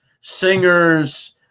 singers